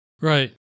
Right